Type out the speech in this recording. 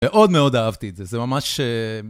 מאוד מאוד אהבתי את זה, זה ממש...